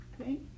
okay